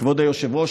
כבוד היושב-ראש,